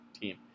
team